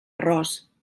arròs